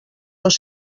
dos